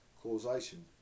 causation